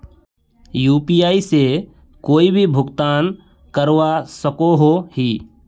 UPI से कोई भी भुगतान करवा सकोहो ही?